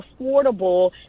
affordable